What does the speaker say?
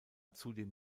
zudem